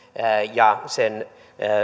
ja sen